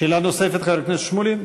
שאלה נוספת, חבר הכנסת שמולי?